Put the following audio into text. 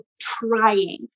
trying